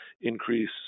increase